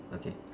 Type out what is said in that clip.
okay